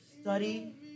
study